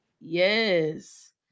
Yes